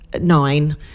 nine